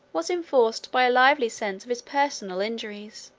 was enforced by a lively sense of his personal injuries